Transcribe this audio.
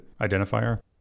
identifier